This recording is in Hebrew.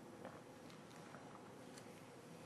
מאז היבחרי שאלו